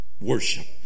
Worship